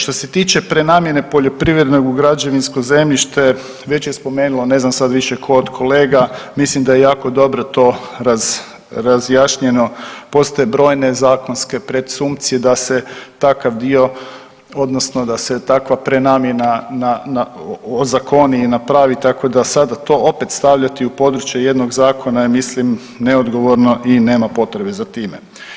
Što se tiče prenamjene poljoprivrednog u građevinsko zemljište, već je spomenula, ne znam sad više tko od kolega, mislim da je jako dobro to razjašnjeno, postoje brojne zakonske presumpcije da se takav dio, odnosno da se takva prenamjena na, ozakoni i napravi tako da sada opet to stavljati u područje jednog zakona je mislim neodgovorno i nema potrebe za time.